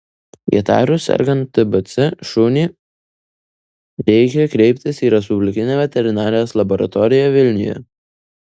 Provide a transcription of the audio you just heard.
įtarus sergant tbc šunį reikia kreiptis į respublikinę veterinarijos laboratoriją vilniuje